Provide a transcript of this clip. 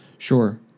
Sure